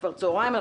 כבר צהריים,